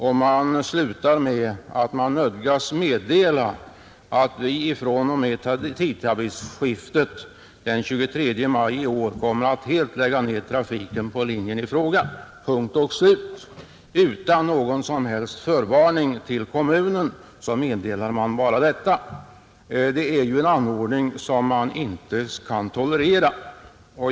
Skrivelsen slutar: ”Vi nödgas därför meddela att vi fr o m tidtabellsskiftet den 23 maj i år kommer att helt lägga ned trafiken på linjen ifråga.” Punkt och slut — utan någon som helst förvarning till kommunen meddelar man bara detta. Det är ju ett förhållande som inte kan tolereras.